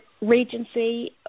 Regency